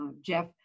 Jeff